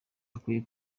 bakwiye